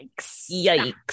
Yikes